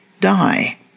die